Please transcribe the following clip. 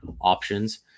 options